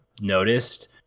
noticed